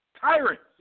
Tyrants